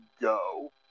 go